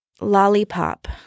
lollipop